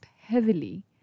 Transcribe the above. heavily